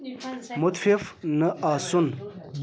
مُتفِف نہٕ آسُن